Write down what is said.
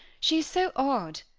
she is so odd!